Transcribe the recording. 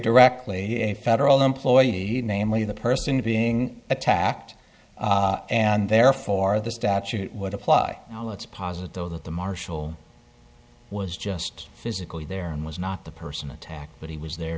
directly a federal employee namely the person being attacked and therefore the statute would apply although it's positive that the marshal was just physically there and was not the person attacked but he was there